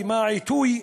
מה העיתוי?